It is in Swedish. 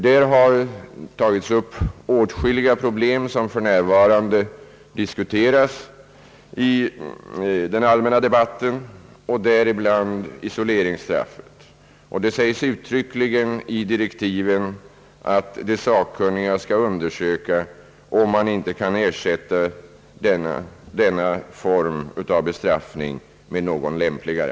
Där har tagits upp åtskilliga problem som för närvarande diskuteras vid den allmänna debatten, däribland isoleringsstraffet. Det säges uttryckligen i direktiven att de sakkunniga skall undersöka om man inte kan ersätta denna form av bestraffning med någon lämpligare.